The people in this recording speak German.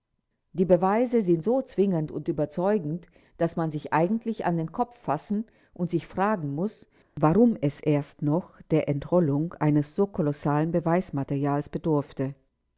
die beweise sind so zwingend und überzeugend daß man sich eigentlich an den kopf fassen und sich fragen muß warum es erst noch der entrollung eines so kolossalen beweismaterials bedurfte